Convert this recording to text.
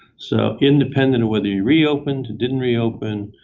so, independent of whether you reopened, didn't reopen,